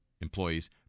employees